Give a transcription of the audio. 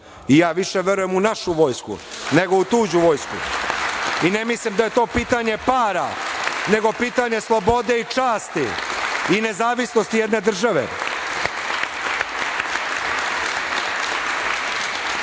i ja više verujem u našu vojsku nego u tuđu vojsku, i ne mislim da je to pitanje para, nego pitanje slobode i časti i nezavisnosti jedne